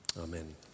Amen